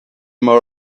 more